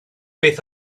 beth